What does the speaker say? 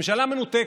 הממשלה מנותקת,